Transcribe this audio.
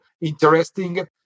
interesting